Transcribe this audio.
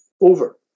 over